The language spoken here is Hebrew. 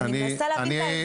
אני מנסה להציג את ההבדל.